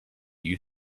you